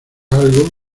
algo